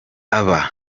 aba